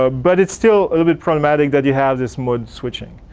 ah but it still a little bit problematic that you have this mode switching.